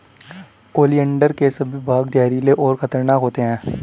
oleander के सभी भाग जहरीले और खतरनाक होते हैं